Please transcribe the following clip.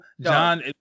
John